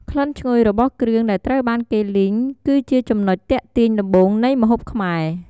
ក្លិនឈ្ងុយរបស់គ្រឿងដែលត្រូវបានគេលីង គឺជាចំណុចទាក់ទាញដំបូងនៃម្ហូបខ្មែរ។